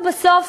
בסוף,